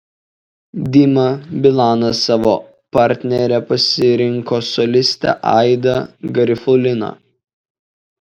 dima bilanas savo partnere pasirinko solistę aidą garifuliną